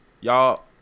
y'all